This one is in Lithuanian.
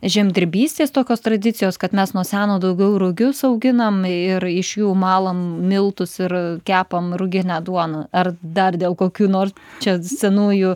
žemdirbystės tokios tradicijos kad mes nuo seno daugiau rugius auginam ir iš jų malam miltus ir kepam ruginę duoną ar dar dėl kokių nors čia senųjų